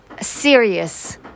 serious